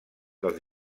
dels